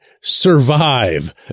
survive